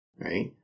Right